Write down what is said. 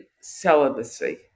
celibacy